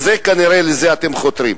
כנראה לזה אתם חותרים.